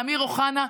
אמיר אוחנה.